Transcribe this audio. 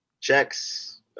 checks